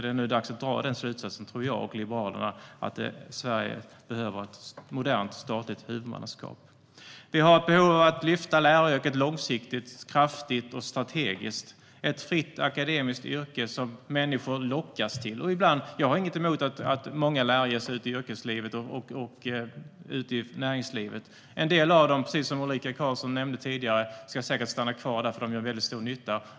Det är dags att dra den slutsatsen nu, tror jag och Liberalerna. Sverige behöver ett modernt statligt huvudmannaskap. Vi har behov att lyfta läraryrket långsiktigt, kraftigt och strategiskt. Det ska vara ett fritt akademiskt yrke som människor lockas till. Jag har ingenting emot att många lärare ger sig ut i näringslivet. En del av dem ska säkert stanna kvar, precis som Ulrika Carlsson nämnde tidigare, eftersom de gör stor nytta.